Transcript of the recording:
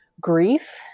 grief